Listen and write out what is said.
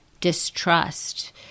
distrust